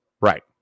Right